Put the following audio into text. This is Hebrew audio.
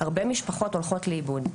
הרבה משפחות הולכות לאיבוד,